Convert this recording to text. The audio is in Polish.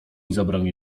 zabroni